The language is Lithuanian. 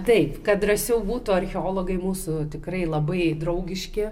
taip kad drąsiau būtų archeologai mūsų tikrai labai draugiški